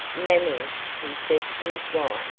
mamie, he said to his wife,